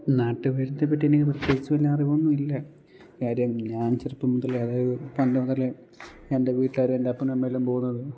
നാട്ടു വൈദ്യത്തെപ്പറ്റി എനിക്ക് പ്രത്യേകിച്ച് വലിയ അറിവൊന്നുമില്ല കാര്യം ഞാൻ ചെറുപ്പം മുതലേ അതായത് പണ്ടു മുതലേ എൻ്റെ വീട്ടുകാരും എൻ്റപ്പനും അമ്മയുമെല്ലാം പോകുന്നതും